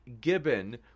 Gibbon